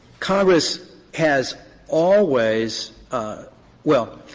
congress has always well,